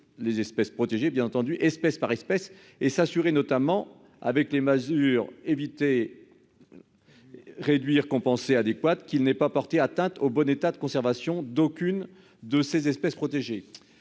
les espèces protégées. Bien entendu, espèce par espèce et s'assurer notamment avec les mesures éviter. Réduire compenser adéquate qu'il n'aient pas porter atteinte au bon état de conservation d'aucune de ces espèces protégées,